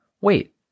Wait